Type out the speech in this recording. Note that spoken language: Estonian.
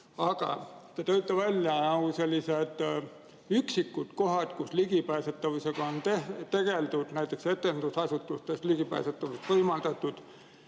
Aga te tõite välja sellised üksikud kohad, kus ligipääsetavusega on tegeldud, näiteks etendusasutustes on ligipääsetavust võimaldatud.